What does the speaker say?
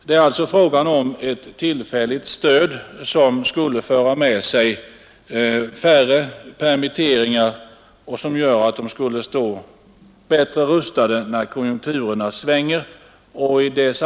Det är alltså fråga om ett tillfälligt stöd som skulle föra med sig färre permitteringar och som skulle göra att företagen står bättre rustade när konjunkturerna svänger.